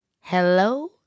Hello